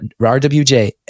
RWJ